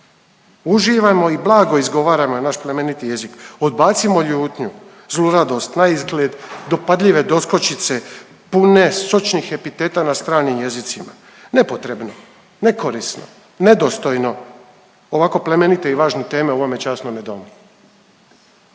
Uživajmo i blago izgovarajmo naš plemeniti jezik, odbacimo ljutnju, zluradost, naizgled dopadljive doskočice pune sočnih epiteta na stranim jezicima. Nepotrebno, nekorisno, nedostojno ovako plemenite i važne teme u ovome časnome domu.